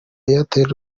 airtel